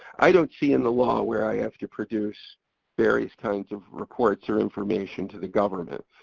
i don't see in the law where i have to produce various kinds of reports or information to the government.